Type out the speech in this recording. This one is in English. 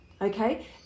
okay